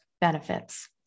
benefits